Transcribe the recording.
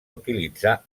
utilitzar